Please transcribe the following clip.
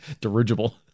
Dirigible